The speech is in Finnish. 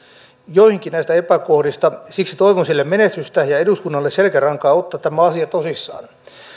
joihinkin näistä epäkohdista siksi toivon sille menestystä ja eduskunnalle selkärankaa ottaa tämä asia tosissaan